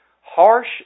Harsh